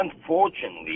unfortunately